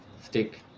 stick